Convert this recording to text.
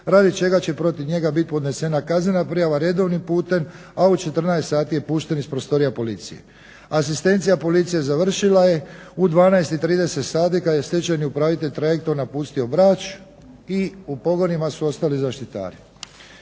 radi čega će protiv njega bit podnesena kaznena prijava redovnim putem, a u 14,00 sati je pušten iz prostorija policije. Asistencija policije završila je u 12,30 sati kada je stečajni upravitelj trajektom napustio Brač i u pogonima su ostali zaštitari.